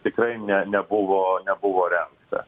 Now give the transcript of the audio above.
tikrai ne nebuvo nebuvo rengta